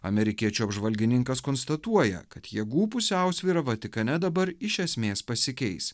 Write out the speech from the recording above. amerikiečių apžvalgininkas konstatuoja kad jėgų pusiausvyra vatikane dabar iš esmės pasikeis